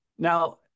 Now